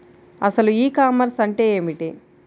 అసలు e-commerce అంటే ఏమిటి?